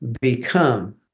become